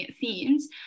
themes